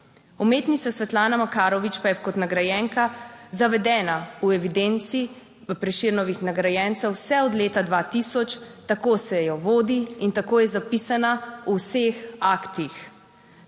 Umetnica Svetlana Makarovič pa je kot nagrajenka zavedena v evidenci v Prešernovih nagrajencev vse od leta 2000. Tako se jo vodi in tako je zapisana v vseh **6.